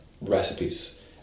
recipes